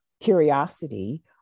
curiosity